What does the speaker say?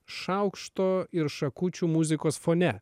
šaukšto ir šakučių muzikos fone